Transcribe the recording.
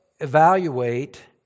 evaluate